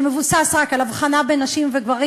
שמבוסס רק על הבחנה בין נשים לגברים,